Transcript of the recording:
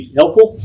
helpful